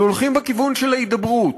שהולכים בכיוון של ההידברות,